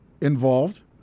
involved